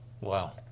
Wow